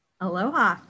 Aloha